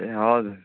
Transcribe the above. ए हजुर